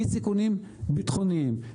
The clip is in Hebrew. מסיכונים ביטחוניים,